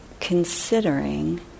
considering